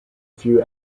few